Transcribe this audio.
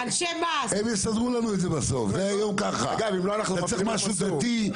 זה צריך משהו דתי,